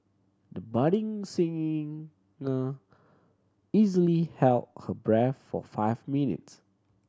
the budding singer easily held her breath for five minutes